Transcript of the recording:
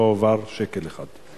לא הועבר שקל אחד.